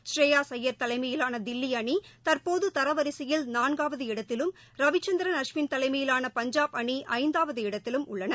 ஸ்ரேயாஸ் ஐயர் தலைனமயிலான தில்லி அணி தற்போது தரவரிசையில நான்காவது இடத்திலும் ரவிச்சந்திரன் அஸ்வின் தலைமையிலான பஞ்சாப் அணி ஐந்தாவது இடத்திலும் உள்ளன